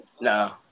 no